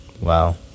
Wow